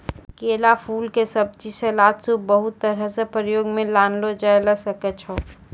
केला फूल के सब्जी, सलाद, सूप बहुत तरह सॅ प्रयोग मॅ लानलो जाय ल सकै छो